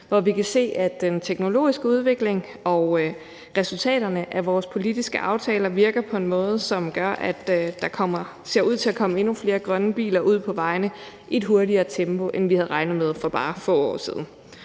hvor vi kan se, at den teknologiske udvikling og resultaterne af vores politiske aftaler virker på en måde, som gør, at der ser ud til at komme endnu flere grønne biler ud på vejene og i et hurtigere tempo, end vi havde regnet med for bare få år siden.